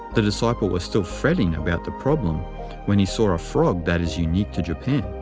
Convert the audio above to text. the disciple was still fretting about the problem when he saw a frog that is unique to japan.